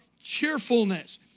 cheerfulness